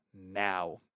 now